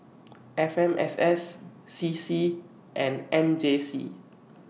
F M S S C C and M J C